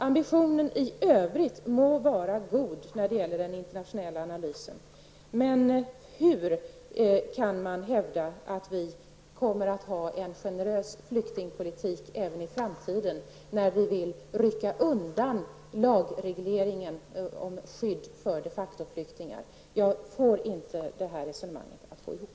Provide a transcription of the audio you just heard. Ambitionen i övrigt må vara god när det gäller den internationella analysen, men hur kan man hävda att vi kommer att ha en generös flyktingpolitik även i framtiden, om vi vill rycka undan lagregleringen om skydd till de facto-flyktingar? Jag får inte det resonemanget att gå ihop.